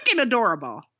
adorable